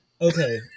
Okay